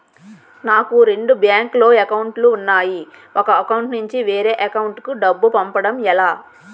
నాకు రెండు బ్యాంక్ లో లో అకౌంట్ లు ఉన్నాయి ఒక అకౌంట్ నుంచి వేరే అకౌంట్ కు డబ్బు పంపడం ఎలా?